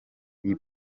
iyi